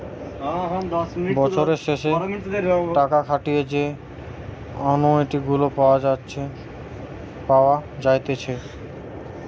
বছরের শেষে টাকা খাটিয়ে যে অনুইটি গুলা পাওয়া যাইতেছে